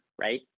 right